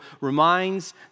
reminds